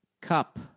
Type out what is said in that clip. Cup